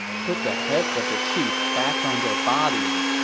put the heads of the sheep back on their bodies.